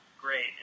great